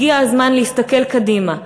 הגיע הזמן להסתכל קדימה,